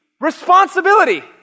responsibility